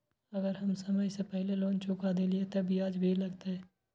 अगर हम समय से पहले लोन चुका देलीय ते ब्याज भी लगते?